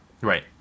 Right